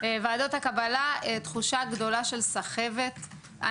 ועדות הקבלה תחושה גדולה של סחבת,